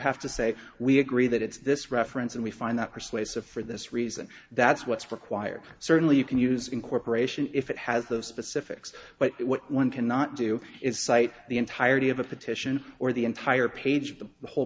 have to say we agree that it's this reference and we find that persuasive for this reason that's what's required certainly you can use incorporation if it has those specifics but one cannot do is cite the entirety of a petition or the entire page